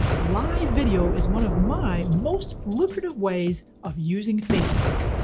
live video is one of my most lucrative ways of using facebook.